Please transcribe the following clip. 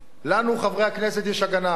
חברי הכנסת, יש הגנה.